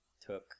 Took